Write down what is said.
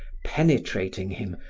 penetrating him,